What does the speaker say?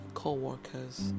co-workers